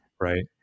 right